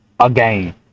Again